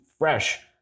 Fresh